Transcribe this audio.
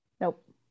Nope